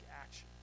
action